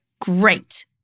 great